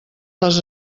les